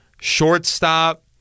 Shortstop